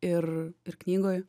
ir ir knygoj